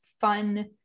fun